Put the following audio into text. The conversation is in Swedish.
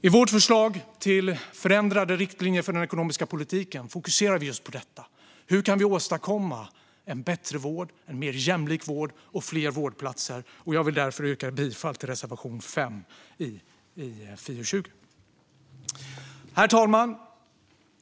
I vårt förslag till förändrade riktlinjer för den ekonomiska politiken fokuserar vi just på hur vi kan åstadkomma en bättre vård, en mer jämlik vård och fler vårdplatser. Jag vill därför yrka bifall till reservation 5 i FiU20. Herr talman!